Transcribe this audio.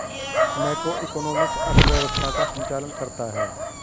macroeconomics अर्थव्यवस्था का संचालन करता है